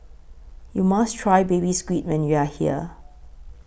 YOU must Try Baby Squid when YOU Are here